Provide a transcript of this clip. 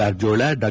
ಕಾರಜೋಳ ಡಾ